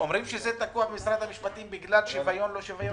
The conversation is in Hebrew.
אומרים שזה תקוע במשרד המשפטים בגלל שוויון/לא שוויון.